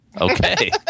Okay